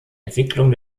entwicklung